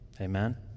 Amen